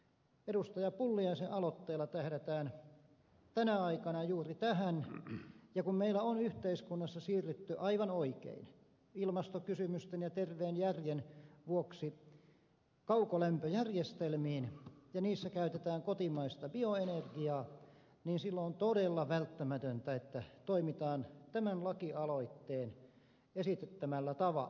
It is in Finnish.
pulliaisen aloitteella tähdätään tänä aikana juuri tähän ja kun meillä on yhteiskunnassa siirrytty aivan oikein ilmastokysymysten ja terveen järjen vuoksi kaukolämpöjärjestelmiin ja niissä käytetään kotimaista bioenergiaa niin silloin on todella välttämätöntä että toimitaan tämän lakialoitteen esittämällä tavalla